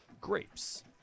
grapes